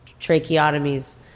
tracheotomies